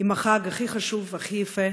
על החג הכי חשוב, הכי יפה,